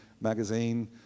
magazine